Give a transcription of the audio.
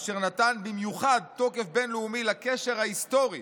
אשר נתן במיוחד תוקף בין-לאומי לקשר ההיסטורי